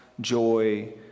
joy